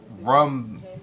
rum